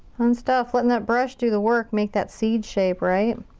fun stuff letting that brush do the work, make that seed shape, right?